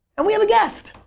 and we have a guest,